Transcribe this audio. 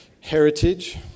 heritage